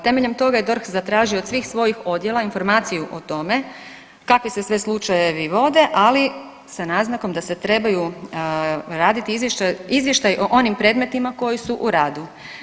Temeljem toga je DORH zatražio od svih svojih odjela informaciju o tome kakvi se sve slučajevi vode, ali sa naznakom da se trebaju raditi izvješća, izvještaj o onim predmetima koji su u radu.